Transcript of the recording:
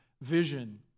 vision